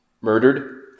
murdered